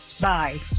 Bye